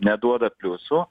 neduoda pliusų